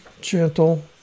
gentle